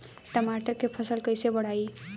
टमाटर के फ़सल कैसे बढ़ाई?